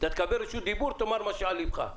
אתה תדבר את רשות הדיבור ותאמר מה שעל לבך.